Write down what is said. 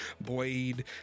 Blade